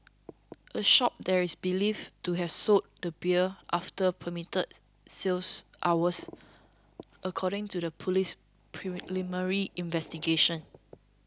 a shop there is believed to have sold the beer after permitted sales hours according to the police's preliminary investigations